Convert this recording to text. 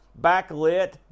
backlit